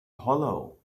hollow